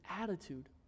attitude